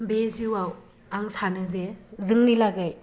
बे जिउआव आं सानो जे जोंनि लागै